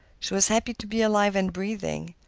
she was happy to be alive and breathing,